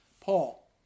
Paul